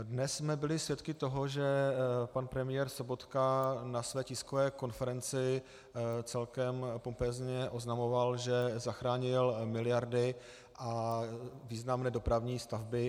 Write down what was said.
Dnes jsme byli svědky toho, že pan premiér Sobotka na své tiskové konferenci celkem pompézně oznamoval, že zachránil miliardy a významné dopravní stavby v ČR.